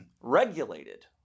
regulated